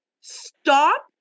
stop